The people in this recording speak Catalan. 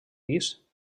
pis